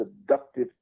seductive